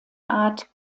art